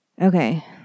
Okay